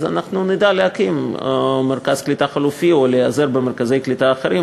אנחנו נדע להקים מרכז קליטה חלופי או להיעזר במרכזי קליטה אחרים,